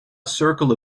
circle